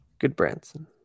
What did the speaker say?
Goodbranson